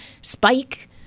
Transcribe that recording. spike-